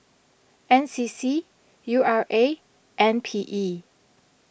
N C C U R A and P E